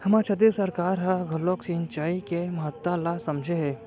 हमर छत्तीसगढ़ सरकार ह घलोक सिचई के महत्ता ल समझे हे